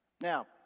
Now